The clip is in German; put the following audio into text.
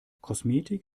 kosmetik